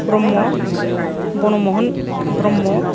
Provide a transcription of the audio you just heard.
ब्रह्म बनमहन ब्रह्म